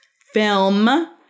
film